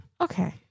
okay